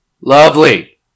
Lovely